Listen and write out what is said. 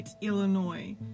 Illinois